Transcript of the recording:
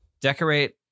decorate